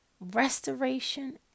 restoration